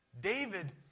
David